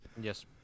Yes